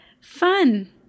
Fun